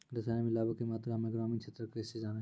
रसायन मिलाबै के मात्रा हम्मे ग्रामीण क्षेत्रक कैसे जानै?